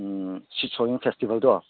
um seed sowing ꯐꯦꯁꯇꯤꯕꯦꯜꯗꯣ